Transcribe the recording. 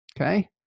Okay